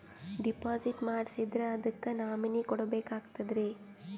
Deposit ಮಾಡ್ಸಿದ್ರ ಅದಕ್ಕ nominee ಕೊಡಬೇಕಾಗ್ತದ್ರಿ?